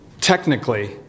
technically